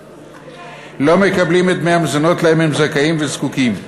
לא מקבלים את דמי המזונות שלהם הם זכאים וזקוקים.